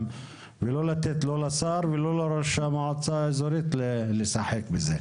ולא לתת לא לשר ולא לראש המועצה האזורית לשחק בזה.